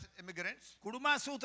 immigrants